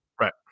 Right